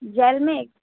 jail میں